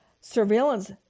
surveillance